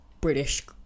british